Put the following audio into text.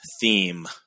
theme